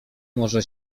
może